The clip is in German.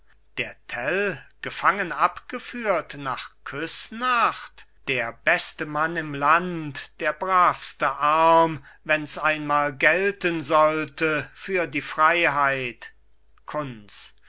der tell gefangen abgeführt nach küssnacht der beste mann im land der bravste arm wenn's einmal gelten sollte für die freiheit